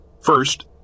First